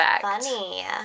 funny